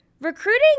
recruiting